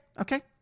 okay